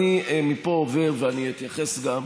מפה אני עובר, ואני אתייחס גם,